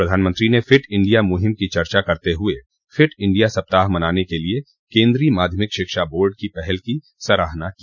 प्रधानमंत्री ने fit India मुहिम की चर्चा करते हुए फिट इंडिया सप्ताह मनाने के लिए केन्द्रीय माध्यमिक शिक्षा बोर्ड की पहल की सराहना की